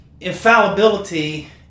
infallibility